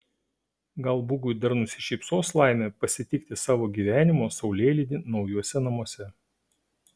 gal bugui dar nusišypsos laimė pasitikti savo gyvenimo saulėlydį naujuose namuose